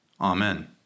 Amen